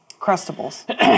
Crustables